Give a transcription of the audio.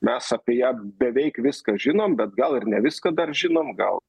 mes apie ją beveik viską žinom bet gal ir ne viską dar žinom gal